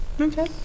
Okay